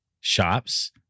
shops